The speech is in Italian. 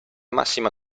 massima